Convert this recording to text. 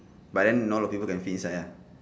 but then not a lot of people can fit inside ah